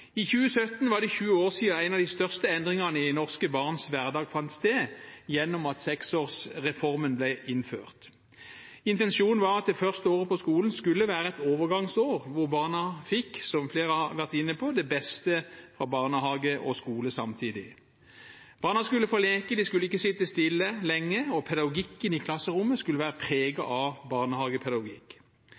I 2017 var det 20 år siden en av de største endringene i norske barns hverdag fant sted gjennom at seksårsreformen ble innført. Intensjonen var at det første året på skolen skulle være et overgangsår, hvor barna fikk, som flere har vært inne på, det beste av barnehage og skole samtidig. Barna skulle få leke, de skulle ikke sitte stille lenge, og pedagogikk i klasserommet skulle være preget av barnehagepedagogikk.